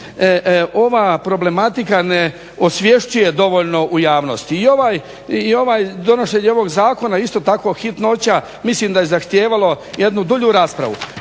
ova problematika ne osvješćuje dovoljno u javnosti. I donošenje ovog zakona isto tako hitnoća mislim da je zahtijevalo jednu dulju raspravu.